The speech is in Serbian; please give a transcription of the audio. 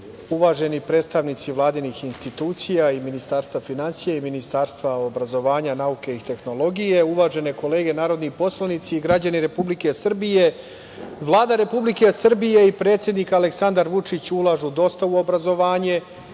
uvaženi predstavnici vladinih institucija, Ministarstva finansija i Ministarstva obrazovanja, nauke i tehnologije, uvažene kolege narodni poslanici, građani Republike Srbije, Vlada Republike Srbije i predsednik Aleksandar Vučić ulažu dosta u obrazovanje.